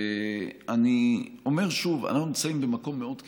אני אומר שוב, אנחנו נמצאים במקום מאוד קיצוני,